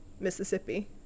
Mississippi